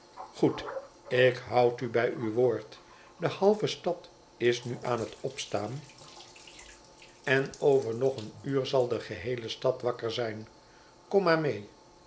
goed ik houd u bij uw woord de halve stad is nu aan het opstaan en over nog een uur zal de geheele stad wakker zijn kom maar mee